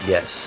Yes